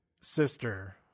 sister